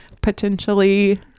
potentially